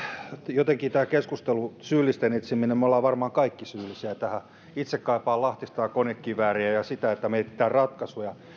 jotenkin tämä keskustelu syyllisten etsiminen me olemme varmaan kaikki syyllisiä tähän itse kaipaan lahtista ja konekivääriä ja sitä että mietitään ratkaisuja